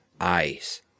eyes